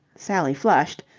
sally flushed.